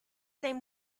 same